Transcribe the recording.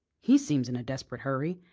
he seems in a desperate hurry.